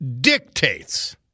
dictates